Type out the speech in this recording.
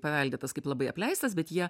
paveldėtas kaip labai apleistas bet jie